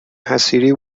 حصیری